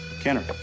Kenner